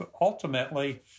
ultimately